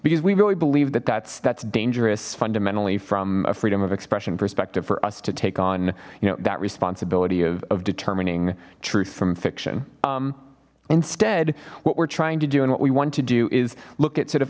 because we really believe that that's that's dangerous fundamentally from a freedom of expression perspective for us to take on you know that responsibility of determining truth from fiction instead what we're trying to do and what we want to do is look at sort of